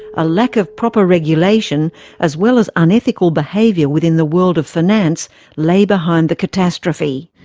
a lack of proper regulation as well as unethical behaviour within the world of finance lay behind the catastrophe.